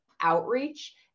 outreach